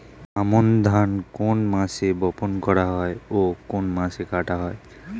আমন ধান কোন মাসে বপন করা হয় ও কোন মাসে কাটা হয়?